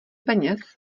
peněz